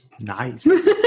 Nice